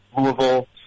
Louisville